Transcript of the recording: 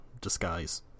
disguise